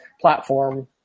platform